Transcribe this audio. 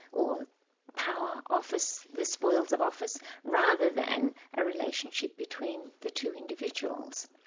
or power office, the spoils of office rather than a relationship between the two individuals.